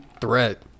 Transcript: threat